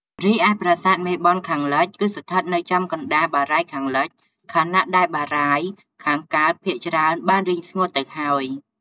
រីឯប្រាសាទមេបុណ្យខាងលិច គឺស្ថិតនៅចំកណ្ដាលបារាយណ៍ខាងលិច ខណៈដែលបារាយណ៍ខាងកើតភាគច្រើនបានរីងស្ងួតទៅហើយ។